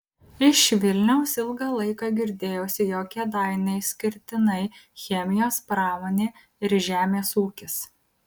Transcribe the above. iš vilniaus ilgą laiką girdėjosi jog kėdainiai išskirtinai chemijos pramonė ir žemės ūkis